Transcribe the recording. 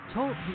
Talk